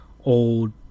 old